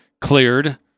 cleared